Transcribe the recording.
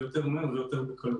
יותר מהר ויותר בקלות.